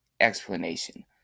explanation